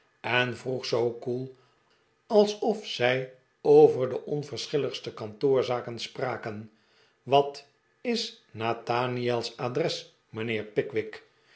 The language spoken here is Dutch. en vroeg zoo koel alsof zij over de onverschilligste kantoorzaken spraken wat is nathaniel's adres mijnheer pickwick